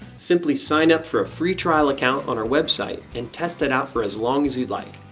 simply sign up for a free trial account on our website and test it out for as long as you'd like.